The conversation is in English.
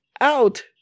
out